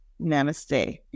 namaste